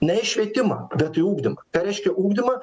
ne į švietimą bet į ugdymą ką reiškia ugdymą